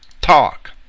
talk